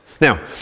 Now